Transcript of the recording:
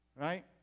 Right